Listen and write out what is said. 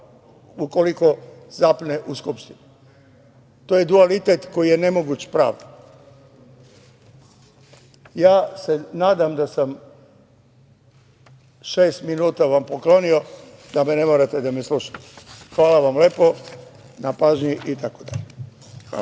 ukoliko zapne u Skupštini. To je dualitet koji je nemoguć pravdi. Nadam se da sam vam šest minuta poklonio, da ne morate da me slušate. Hvala vam lepo na pažnji.